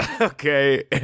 okay